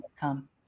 Come